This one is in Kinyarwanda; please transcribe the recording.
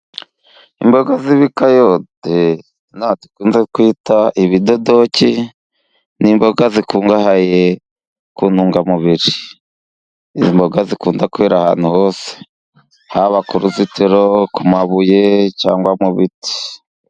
Imboga z'ibikayote, inaha dukunze kwita ibidodoki n'imboga zikungahaye ku ntungamubiri ,iz'imboga zikunda kwera ahantu hose haba ku ruzitiro, ku mabuye cyangwa mu biti.